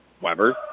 Weber